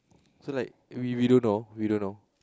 so like we we don't know we don't know